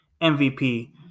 MVP